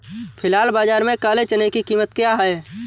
फ़िलहाल बाज़ार में काले चने की कीमत क्या है?